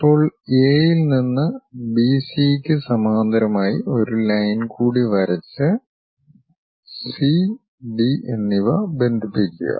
ഇപ്പോൾ എ യിൽ നിന്ന് ബിസിക്ക് സമാന്തരമായി ഒരു ലൈൻ കൂടി വരച്ച് സി ഡി എന്നിവ ബന്ധിപ്പിക്കുക